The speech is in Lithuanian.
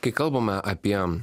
kai kalbame apie